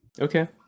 Okay